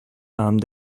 arm